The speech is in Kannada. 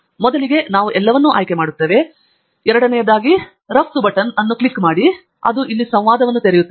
ಆದ್ದರಿಂದ ಮೊದಲಿಗೆ ನಾವು ಎಲ್ಲವನ್ನು ಆಯ್ಕೆ ಮಾಡುತ್ತೇವೆ ಎರಡನೆಯದು ರಫ್ತು ಬಟನ್ ಅನ್ನು ಕ್ಲಿಕ್ ಮಾಡಿ ಮತ್ತು ಅದು ಇಲ್ಲಿ ಸಂವಾದವನ್ನು ತೆರೆಯುತ್ತದೆ